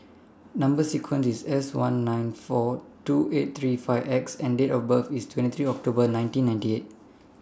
Number sequence IS S one nine four two eight three five X and Date of birth IS twenty three October nineteen ninety eight